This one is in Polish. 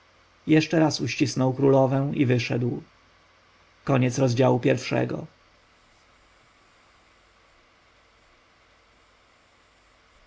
jeszcze raz uściskał królowę i wyszedł